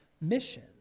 mission